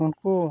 ᱩᱱᱠᱩ